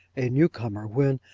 a new-comer, when,